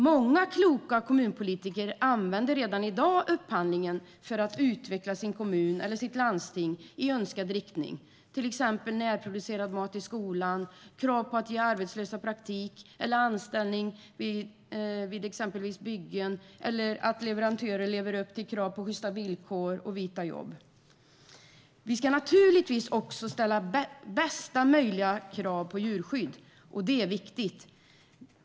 Många kloka kommunpolitiker använder redan i dag upphandlingen för att utveckla sin kommun eller sitt landsting i önskad riktning, till exempel genom närproducerad mat i skolan, genom krav på att ge arbetslösa praktik eller anställning vid exempelvis byggen eller genom att leverantörer lever upp till krav på sjysta villkor och vita jobb. Vi ska naturligtvis också ställa krav på bästa möjliga djurskydd, och det är viktigt.